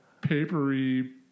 papery